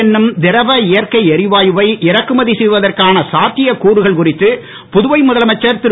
என்னும் திரவ இயற்கை எரிவாயுவை இறக்குமதி செய்வதற்கான சாத்தியக் கூறுகள் குறித்து புதுவை முதலமைச்சர் திரு